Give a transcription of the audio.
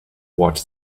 watch